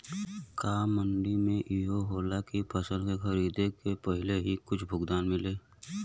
का मंडी में इहो होला की फसल के खरीदे के पहिले ही कुछ भुगतान मिले?